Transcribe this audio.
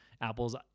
Apple's